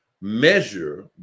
measure